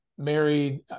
married